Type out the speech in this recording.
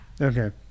Okay